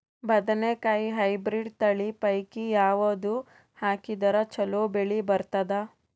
ಬದನೆಕಾಯಿ ಹೈಬ್ರಿಡ್ ತಳಿ ಪೈಕಿ ಯಾವದು ಹಾಕಿದರ ಚಲೋ ಬೆಳಿ ಬರತದ?